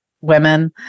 women